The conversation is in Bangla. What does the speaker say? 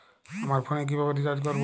আমার ফোনে কিভাবে রিচার্জ করবো?